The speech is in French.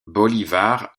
bolívar